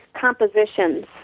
compositions